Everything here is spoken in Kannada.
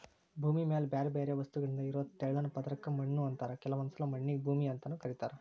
ಭೂಮಿ ಮ್ಯಾಲೆ ಬ್ಯಾರ್ಬ್ಯಾರೇ ವಸ್ತುಗಳಿಂದ ಇರೋ ತೆಳ್ಳನ ಪದರಕ್ಕ ಮಣ್ಣು ಅಂತಾರ ಕೆಲವೊಂದ್ಸಲ ಮಣ್ಣಿಗೆ ಭೂಮಿ ಅಂತಾನೂ ಕರೇತಾರ